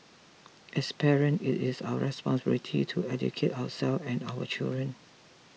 as parent it is our responsibility to educate ourselves and our children